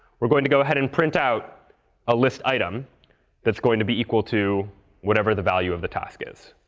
we're going to go ahead and print out a list item that's going to be equal to whatever the value of the task is.